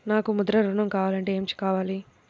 నాకు ముద్ర ఋణం కావాలంటే ఏమి కావాలి?